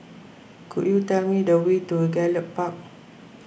could you tell me the way to Gallop Park